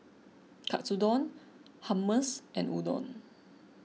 Katsudon Hummus and Udon